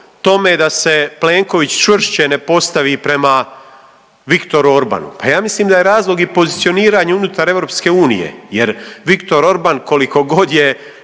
tome da se Plenković čvršće ne postavi prema Viktoru Orbanu. Pa ja mislim da je razlog i pozicioniranje unutar EU, jer Viktor Orban koliko god je